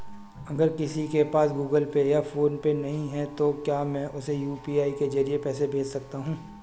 अगर किसी के पास गूगल पे या फोनपे नहीं है तो क्या मैं उसे यू.पी.आई के ज़रिए पैसे भेज सकता हूं?